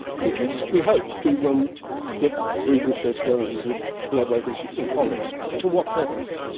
could you? we hope to um get reading research going with collaborators in holland. to what purpose?